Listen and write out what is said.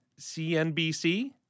CNBC